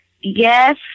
yes